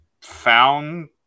found